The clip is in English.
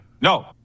no